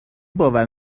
باور